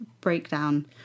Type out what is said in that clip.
breakdown